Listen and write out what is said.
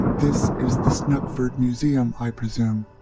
this is the snuggford museum, i presume?